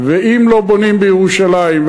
ואם לא בונים בירושלים,